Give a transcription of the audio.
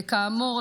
וכאמור,